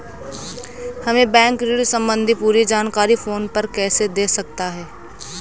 हमें बैंक ऋण संबंधी पूरी जानकारी फोन पर कैसे दे सकता है?